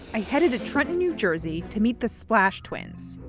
i headed to trenton, new jersey to meet the splash twinz,